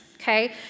Okay